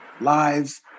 lives